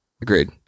Agreed